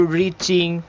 reaching